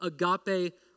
agape